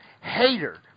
Hater